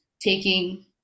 taking